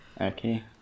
Okay